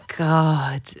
God